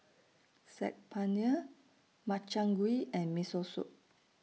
Saag Paneer Makchang Gui and Miso Soup